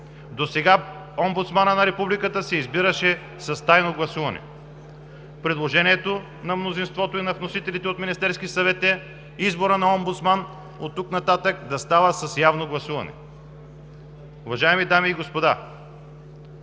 Досега омбудсманът на Републиката се избираше с тайно гласуване. Предложението на мнозинството и на вносителите от Министерския съвет е изборът на омбудсман оттук нататък да става с явно гласуване. Уважаеми дами и господа,